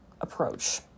approach